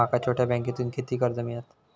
माका छोट्या बँकेतून किती कर्ज मिळात?